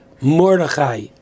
Mordechai